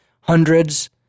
Hundreds